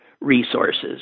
resources